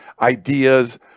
ideas